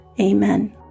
Amen